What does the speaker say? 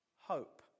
hope